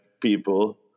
people